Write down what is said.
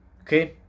okay